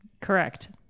Correct